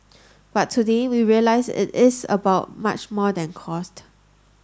but today we realise it is about much more than cost